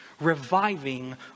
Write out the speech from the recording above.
reviving